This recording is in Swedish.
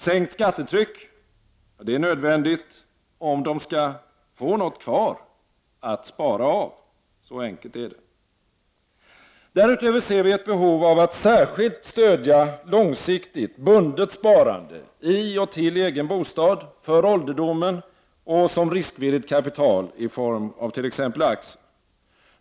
Sänkt skattetryck är nödvändigt, om de skall få något kvar att spara av. Så enkelt är det. Därutöver ser vi ett behov att särskilt stödja långsiktigt bundet sparande i och till egen bostad, för ålderdomen och som riskvilligt kapital i form av t.ex. aktier.